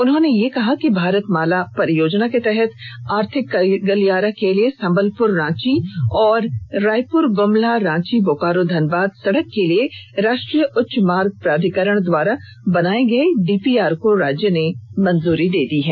उन्होंने यह कहा कि भारत माला परियोजना के तहत आर्थिक गलियारा के लिए संबलपुर रांची और रायपुर गुमला रांची बोकारो धनबाद सड़क के लिए राष्ट्रीय उच्च मार्ग प्राधिकरण द्वारा बनाए गए डीपीआर को राज्य ने मंजूरी दे दी है